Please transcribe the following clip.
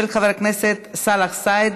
של חבר הכנסת סאלח סעד.